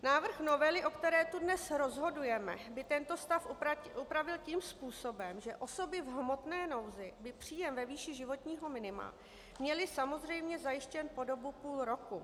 Návrh novely, o které tu dnes rozhodujeme, by tento stav upravil tím způsobem, že osoby v hmotné nouzi by příjem ve výši životního minima měly samozřejmě zajištěn po dobu půl roku.